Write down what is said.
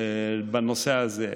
בנושא הזה.